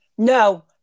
No